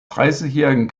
dreißigjährigen